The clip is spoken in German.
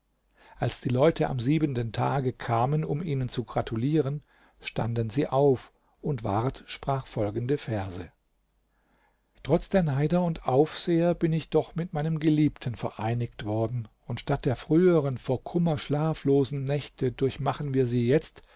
als die leute am siebenten tage kamen um ihnen zu gratulieren standen sie auf und ward sprach folgende verse trotz der neider und aufseher bin ich doch mit meinem geliebten vereinigt worden und statt der früheren vor kummer schlaflosen nächte durchmachen wir sie jetzt